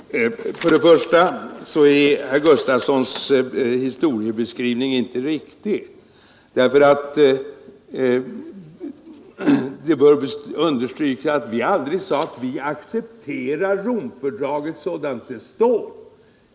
Herr talman! Till att börja med är herr Gustafsons i Göteborg Tisdagen den 12 december 1972 historieskrivning inte riktig. Det bör nämligen understrykas att vi aldrig sade att vi accepterade Romfördraget sådant det är.